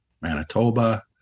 Manitoba